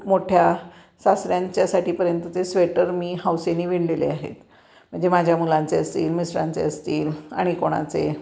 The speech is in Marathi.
मोठ्या सासऱ्यांच्यासाठीपर्यंतचे स्वेटर मी हौसेने विणलेले आहेत म्हणजे माझ्या मुलांचे असतील मित्रांचे असतील आणि कोणाचे